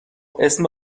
اسم